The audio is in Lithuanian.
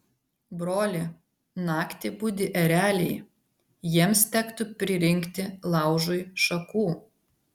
broli naktį budi ereliai jiems tektų pririnkti laužui šakų